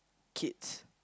kids